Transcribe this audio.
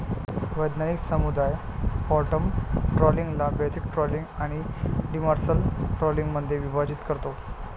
वैज्ञानिक समुदाय बॉटम ट्रॉलिंगला बेंथिक ट्रॉलिंग आणि डिमर्सल ट्रॉलिंगमध्ये विभाजित करतो